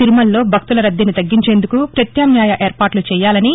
తిరుమలలో భక్తుల రద్దీని తగ్గించేందుకు ప్రత్యామ్నాయ ఏర్పాట్లు చేయాలని